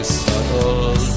subtle